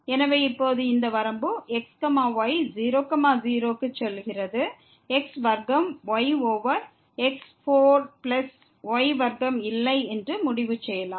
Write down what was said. எனவே இப்போது இந்த வரம்பு x y 0 0 க்கு செல்கிறது x வர்க்கம் y over x 4 plus y வர்க்கம் இல்லை என்று முடிவு செய்யலாம்